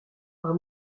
par